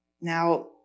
Now